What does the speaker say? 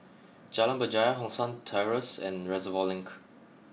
Jalan Berjaya Hong San Terrace and Reservoir Link